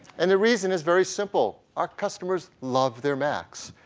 and the reason is very simple. our customers love their macs.